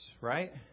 Right